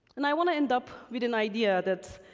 and i wanna end up with an idea that,